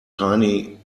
tiny